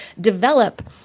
develop